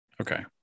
Okay